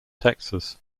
texas